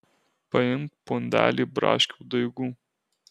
paimk pundelį braškių daigų